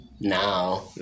Now